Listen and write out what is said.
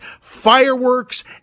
fireworks